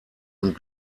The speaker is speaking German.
und